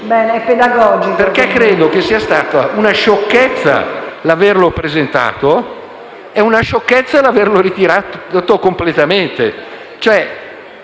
Credo, infatti, sia stata una sciocchezza averlo presentato e una sciocchezza averlo ritirato completamente.